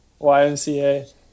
YMCA